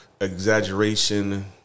exaggeration